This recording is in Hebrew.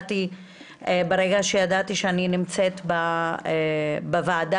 ברגע שידעתי שאני נמצאת שוב בוועדה.